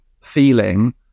feeling